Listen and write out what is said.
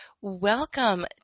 Welcome